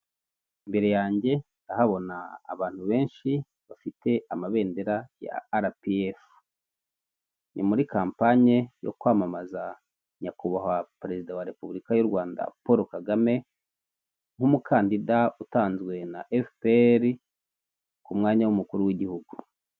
Imbere yanjye ndahabona abantu benshi bafite amabendera ya arapiyefu; ni muri kampanye yo kwamamaza nyakubahwa perezida wa repubulika y'u rwanda paul kagame nk'umukandida utanzwe na efuperi ku mwanya w'umukuru w'igihugu.